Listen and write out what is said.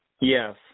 Yes